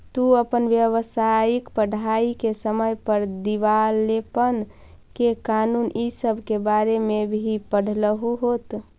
तू अपन व्यावसायिक पढ़ाई के समय पर दिवालेपन के कानून इ सब के बारे में भी पढ़लहू होत